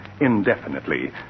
indefinitely